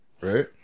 right